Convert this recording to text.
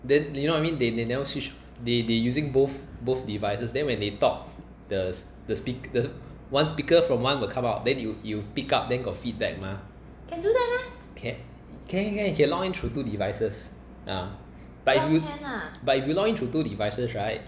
then you know what I mean they they they they using both both devices then when they talk the the speak the one speaker from one will come out then you you pick up then got feedback mah can can can login through two devices ah but if you but if you login through two devices right